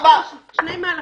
לא הוגש כתב אישום כדי שיימחק.